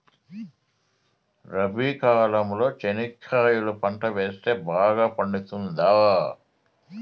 రబి కాలంలో చెనక్కాయలు పంట వేస్తే బాగా పండుతుందా?